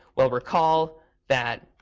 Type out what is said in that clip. well, recall that,